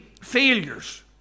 failures